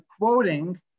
quoting